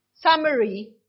summary